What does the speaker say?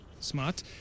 Smart